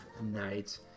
night